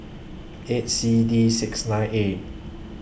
eight C D six nine A